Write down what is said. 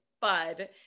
bud